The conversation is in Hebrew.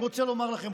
אני רוצה לומר לכם,